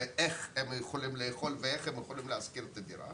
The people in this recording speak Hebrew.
ואיך הם יכולים לאכול ואיך הם יכולים לשכור דירה